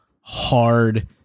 hard